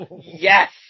Yes